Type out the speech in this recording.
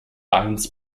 ans